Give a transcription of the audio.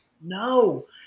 no